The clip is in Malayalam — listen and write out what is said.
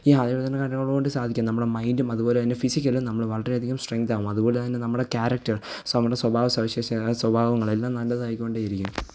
ഈ ആയോധനകലകളോടു സാധിക്കും നമ്മുടെ മൈൻറ്റും അതു പോലെ തന്നെ ഫിസിക്കലും നമ്മൾ വളരെയധികം സ്ട്രെങ്ത്താകും അതുപോലെ തന്നെ നമ്മുടെ ക്യാരക്ടർ നമ്മുടെ സ്വഭാവ സവിശേഷതകൾ സ്വഭവങ്ങളെല്ലാം നല്ലതായി കൊണ്ടേ ഇരിക്കും